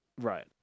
Right